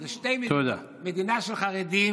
זה שתי מדינות: מדינה של חרדים,